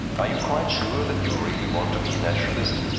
are you quite sure that you really want to be a naturalist?